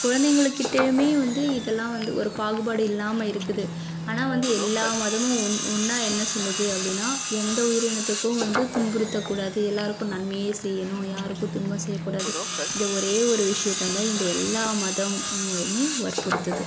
குழந்தைகள் கிட்டேயுமே வந்து இதெல்லாம் வந்து ஒரு பாகுபாடு இல்லாமல் இருக்குது ஆனால் வந்து எல்லா மதமும் ஒன்றா என்ன சொல்லுது அப்படினா எந்த உயிரினத்துக்கும் வந்து துன்புறுத்தக் கூடாது எல்லோருக்கும் நன்மையே செய்யணும் யாருக்கு துன்பம் செய்யக்கூடாது இந்த ஒரே ஒரு விஷயத்த தான் இந்த எல்லா மதமுமே வற்புறுத்துது